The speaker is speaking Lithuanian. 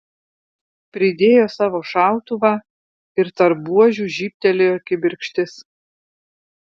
pridėjo savo šautuvą ir tarp buožių žybtelėjo kibirkštis